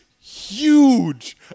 huge